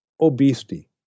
obesity